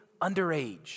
underage